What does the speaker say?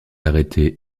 arrêté